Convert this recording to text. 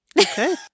Okay